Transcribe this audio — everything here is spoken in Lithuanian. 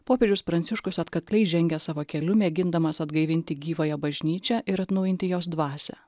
popiežius pranciškus atkakliai žengia savo keliu mėgindamas atgaivinti gyvąją bažnyčią ir atnaujinti jos dvasią